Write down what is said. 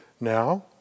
Now